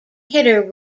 hitter